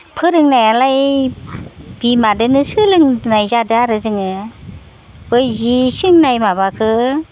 फोरोंनायालाय बिमादोनो सोलोंनाय जादो आरो जोङो बै जि सोंनाय माबाखो